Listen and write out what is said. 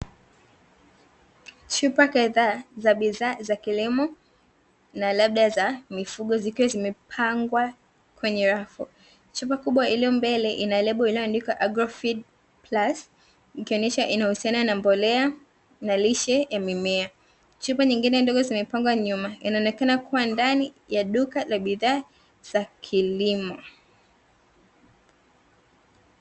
Chupa kadhaa za bidhaa za kilimo na labda za mifugo zikiwa zimepangwa kwenye rafu, chupa kubwa iliyo mbele ina lebo iliyoandikwa "AGROFEED PLUS " ikionyesha inahusiana nambolea na lishe ya mimea, chupa nyingine zimepangwa nyuma inaonekana kuwa ndani ya duka la bidhaa za kilimo.